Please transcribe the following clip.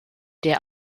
der